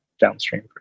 downstream